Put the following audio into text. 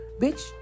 bitch